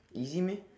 easy meh